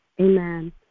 Amen